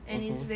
mmhmm